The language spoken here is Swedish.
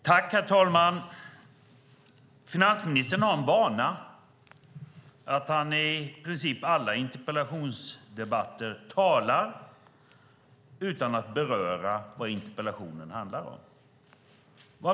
Herr talman! Finansministern har en vana att han i princip i alla interpellationsdebatter talar utan att beröra det som interpellationen handlar om.